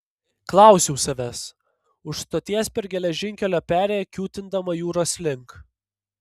klausiau savęs už stoties per geležinkelio perėją kiūtindama jūros link